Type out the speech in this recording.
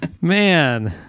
Man